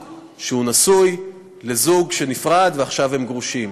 שהוא נשוי לזוג שנפרד ועכשיו הם גרושים.